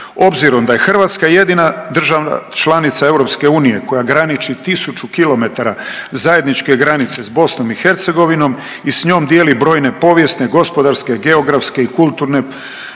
Obzirom da je Hrvatska jedina država članica Europske unije koja graniči tisuću kilometara zajedničke granice s Bosnom i Hercegovinom i s njom dijeli brojne povijesne, gospodarske, geografske i kulturne